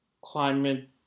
Climate